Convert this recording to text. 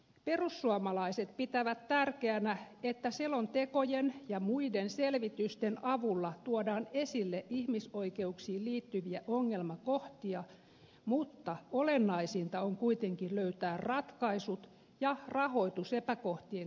perussuomalaiset pitävät tärkeänä että selontekojen ja muiden selvitysten avulla tuodaan esille ihmisoikeuksiin liittyviä ongelmakohtia mutta olennaisinta on kuitenkin löytää ratkaisut ja rahoitus epäkohtien korjaamiseksi